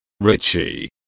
Richie